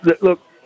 Look